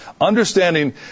Understanding